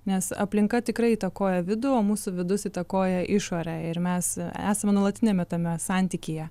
nes aplinka tikrai įtakoja vidų o mūsų vidus įtakoja išorę ir mes esame nuolatiniame tame santykyje